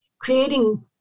creating